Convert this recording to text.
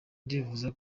ndifuza